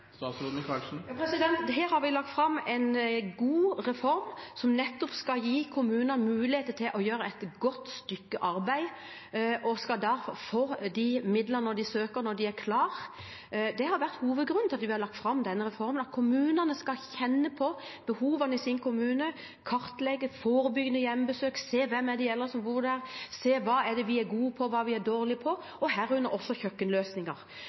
har lagt fram en god reform, som nettopp skal gi kommunene mulighet til å gjøre et godt stykke arbeid. De skal da få de midlene de søker om, når de er klare. Hovedgrunnen til at vi har lagt fram denne reformen, er at kommunene skal kjenne på behovene sine, kartlegge, foreta forebyggende hjemmebesøk, se hvem de eldre som bor der, er, og se hva de er gode og dårlige til, herunder også kjøkkenløsninger. Men det er også viktig at kommunene selv tar grepene. Vi